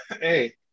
hey